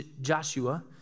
Joshua